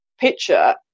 picture